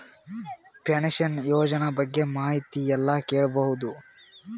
Pension ಯೋಜನ ಬಗ್ಗೆ ಮಾಹಿತಿ ಎಲ್ಲ ಕೇಳಬಹುದು?